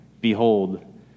Behold